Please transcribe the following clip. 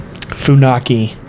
Funaki